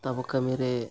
ᱛᱟᱵᱚ ᱠᱟᱹᱢᱤᱨᱮ